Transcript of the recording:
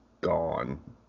gone